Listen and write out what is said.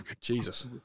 Jesus